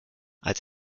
als